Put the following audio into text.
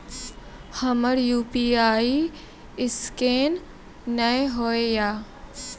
हमर UPI scan नेय हो या?